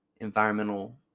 environmental